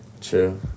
True